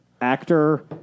actor